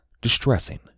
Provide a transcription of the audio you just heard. Distressing